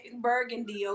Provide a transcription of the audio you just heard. Burgundy